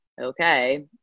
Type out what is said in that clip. okay